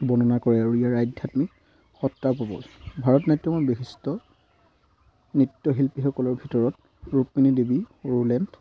বৰ্ণনা কৰে আৰু ইয়াৰ আধ্যাত্মিক সত্তা প্ৰবল ভাৰত নাট্যমত বিশিষ্ট নৃত্যশিল্পীসকলৰ ভিতৰত ৰুক্মিণীদেৱী